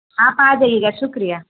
آپ آ جائیے گا شکریہ